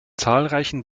zahlreichen